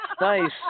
Nice